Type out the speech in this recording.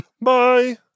Bye